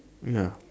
ya